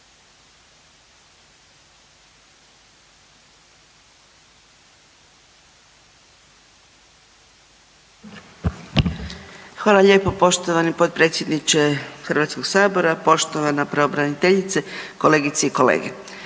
Hvala lijepo poštovani potpredsjedniče Hrvatskog sabora. Poštovana pravobraniteljice, kolegice i kolege,